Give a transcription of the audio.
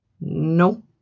no